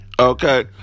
Okay